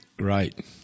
right